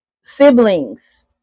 siblings